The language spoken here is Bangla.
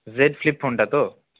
জেড ফ্লিপ ফোনটা তো